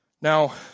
Now